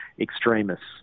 extremists